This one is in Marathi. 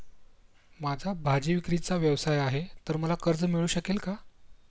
माझा भाजीविक्रीचा व्यवसाय आहे तर मला कर्ज मिळू शकेल का?